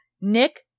nick